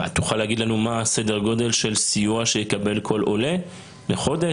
תוכל להגיד לנו מה סדר הגודל של סיוע שיקבל כל עולה לחודש?